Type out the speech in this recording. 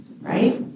right